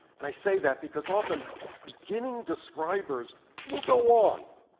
and i say that because often beginning describers will go on.